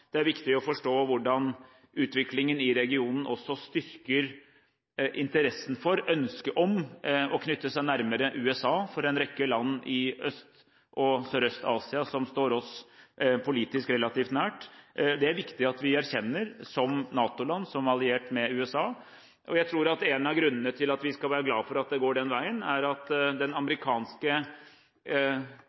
er det viktig å forstå hvordan utviklingen i regionen også styrker interessen for og ønsket om å knytte seg nærmere USA for en rekke land i Øst- og Sørøst-Asia som står oss politisk relativt nært. Det er det viktig at vi erkjenner som NATO-land, som alliert med USA. Jeg tror at en av grunnene til at vi skal være glad for at det går den veien, er at den amerikanske